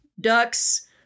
ducks